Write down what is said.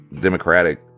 democratic